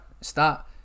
Start